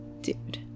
dude